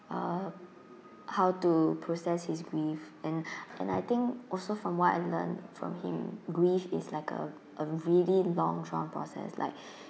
uh how to process his grief and and I think also from what I learned from him grief is like a a really long drawn process like